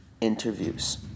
interviews